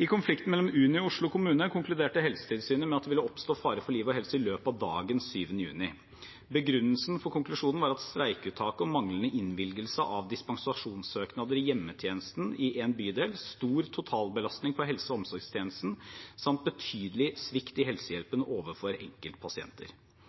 I konflikten mellom Unio og Oslo kommune konkluderte Helsetilsynet med at det ville oppstå fare for liv og helse i løpet av dagen 7. juni. Begrunnelsen for konklusjonen var streikeuttaket og manglende innvilgelse av dispensasjonssøknader i hjemmetjenesten i en bydel, stor totalbelastning på helse- og omsorgstjenesten samt betydelig svikt i helsehjelpen overfor